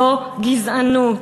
זו גזענות.